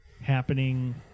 happening